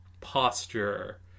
posture